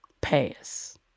pass